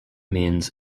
means